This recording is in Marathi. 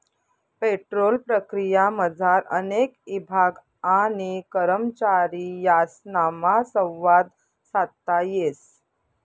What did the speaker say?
पेट्रोल प्रक्रियामझार अनेक ईभाग आणि करमचारी यासनामा संवाद साधता येस